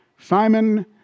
Simon